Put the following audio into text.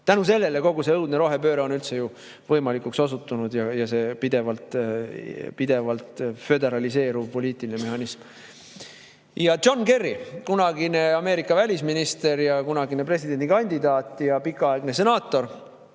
Tänu sellele kogu see õudne rohepööre on üldse võimalikuks osutunud ja see pidevalt föderaliseeruv poliitiline mehhanism. John Kerry, kunagine Ameerika välisminister ja kunagine presidendikandidaat ja pikaaegne senaator,